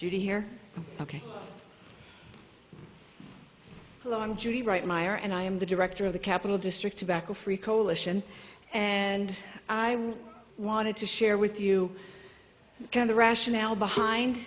judy here ok well i'm judy right meyer and i am the director of the capitol district tobacco free coalition and i wanted to share with you ken the rationale behind